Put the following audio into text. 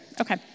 Okay